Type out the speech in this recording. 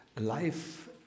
life